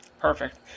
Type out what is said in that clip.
perfect